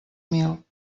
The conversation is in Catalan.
mil